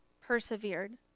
persevered